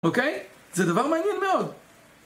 אוקיי, זה דבר מעניין מאוד